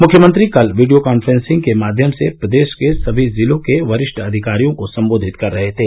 मुख्यमंत्री कल video conferencing के माध्यम से प्रदेश के सभी जिलों के वरिष्ठ अधिकारियों को संबोधित कर रहे थे